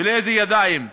ולאיזה ידיים,